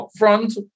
upfront